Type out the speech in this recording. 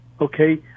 okay